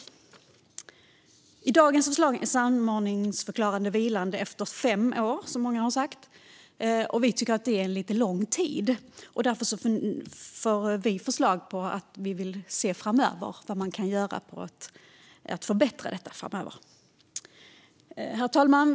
Enligt dagens förslag ska samordningsnummer förklaras vilande efter fem år, vilket många har tagit upp. Vi tycker att det är lite för lång tid, och därför vill vi att man framöver ser över vad som kan göras för att förbättra detta. Herr talman!